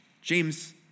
James